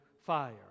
fire